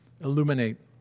illuminate